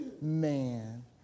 man